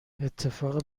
اتفاق